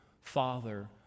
Father